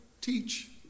teach